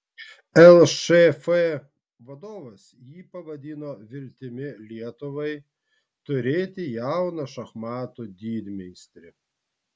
lšf vadovas jį pavadino viltimi lietuvai turėti jauną šachmatų didmeistrį